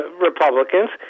Republicans